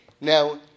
Now